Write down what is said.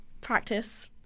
practice